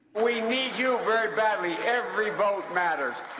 we need you very badly. evry vote matters.